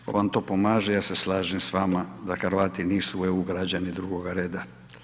Ako vam to pomaže i ja se slažem s vama da Hrvati nisu EU građani drugoga reda.